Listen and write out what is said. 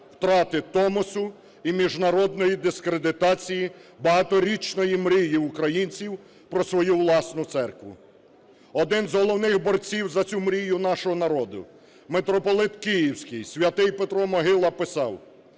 втрати Томосу і міжнародної дискредитації багаторічної мрії українців про свою власну церкву. Один з головних борців за цю мрію нашого народу – митрополит Київський Святий Петро Могила писав: